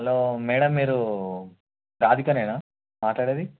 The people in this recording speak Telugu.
హలో మ్యాడమ్ మీరు రాధికనా మాట్లాడేది